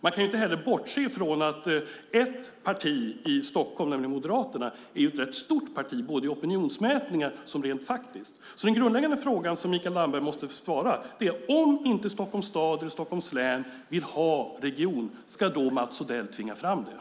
Man kan inte heller bortse ifrån att ett parti i Stockholm, nämligen Moderaterna, är ett rätt stort parti både i opinionsmätningar och rent faktiskt. Den grundläggande frågan som Mikael Damberg måste besvara är: Om inte Stockholms stad eller Stockholms län vill ha en region, ska då Mats Odell tvinga fram den?